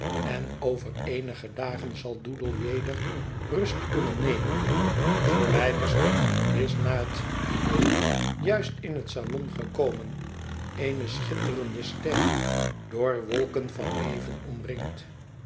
en over eenige dagen zal doodle weder rust kunnen nemen sir leicester is na het diner juist in het salon gekomen eene schitterende ster door wolken van neven omringd